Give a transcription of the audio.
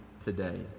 today